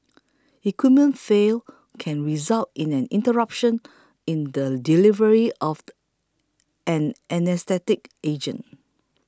equipment failure can result in an interruption in the delivery of the anaesthetic agent